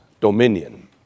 dominion